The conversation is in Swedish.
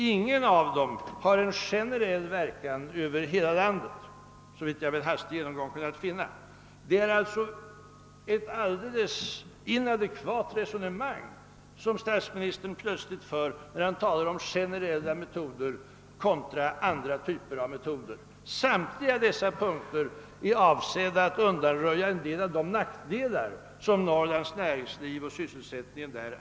Ingen av dem har generell verkan över hela landet, såvitt jag kunnat finna vid en hastig genomgång. Det är sålunda ett helt vilseledande resonemang statsministern för, när han talar om generella metoder kontra andra typer av metoder. Samtliga uppräknade punkter är avsedda att undanröja en del av de nackdelar som Norrlands näringsliv nu arbetar under.